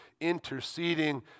interceding